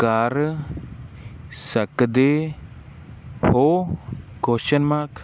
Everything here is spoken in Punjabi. ਕਰ ਸਕਦੇ ਹੋ ਕੁਸ਼ਚਨ ਮਾਰਕ